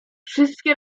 wszystkie